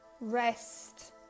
rest